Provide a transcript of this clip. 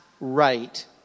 right